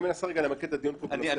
אני רוצה להוסיף משפט.